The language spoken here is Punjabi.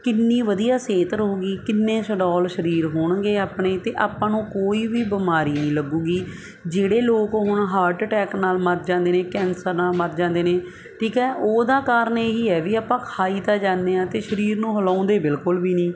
ਕਿੰਨੀ ਵਧੀਆ ਸਿਹਤ ਰਹੂਗੀ ਕਿੰਨੇ ਸਡੋਲ ਸਰੀਰ ਹੋਣਗੇ ਆਪਣੇ ਅਤੇ ਆਪਾਂ ਨੂੰ ਕੋਈ ਵੀ ਬਿਮਾਰੀ ਨਹੀਂ ਲੱਗੂਗੀ ਜਿਹੜੇ ਲੋਕ ਹੁਣ ਹਾਰਟ ਅਟੈਕ ਨਾਲ ਮਰ ਜਾਂਦੇ ਨੇ ਕੈਂਸਰ ਨਾਲ ਮਰ ਜਾਂਦੇ ਨੇ ਠੀਕ ਹੈ ਉਹਦਾ ਕਾਰਨ ਇਹ ਹੀ ਹੈ ਵੀ ਆਪਾਂ ਖਾਈ ਤਾਂ ਜਾਂਦੇ ਹਾਂ ਅਤੇ ਸਰੀਰ ਨੂੰ ਹਿਲਾਉਂਦੇ ਬਿਲਕੁਲ ਵੀ ਨਹੀਂ